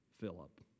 Philip